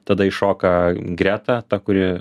tada iššoka greta ta kuri